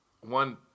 one